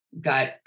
got